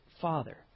father